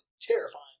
terrifying